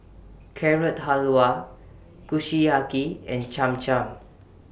Carrot Halwa Kushiyaki and Cham Cham